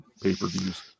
pay-per-views